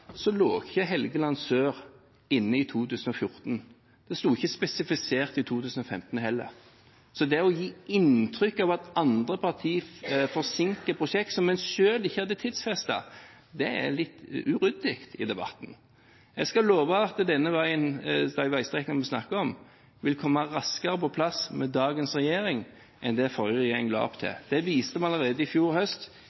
lå ikke Helgeland sør inne i 2014. Det sto ikke spesifisert i 2015 heller. Så det å gi inntrykk av at andre parti forsinker prosjekter som en selv ikke hadde tidfestet, er litt uryddig i debatten. Jeg skal love at de veistrekningene vi snakker om, vil komme raskere på plass med dagens regjering enn det den forrige regjeringen la opp til.